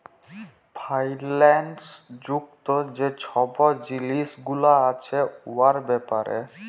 ফাইল্যাল্স যুক্ত যে ছব জিলিস গুলা আছে উয়ার ব্যাপারে